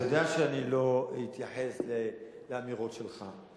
אתה יודע שלא אתייחס לאמירות שלך,